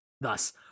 Thus